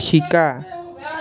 শিকা